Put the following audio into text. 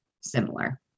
similar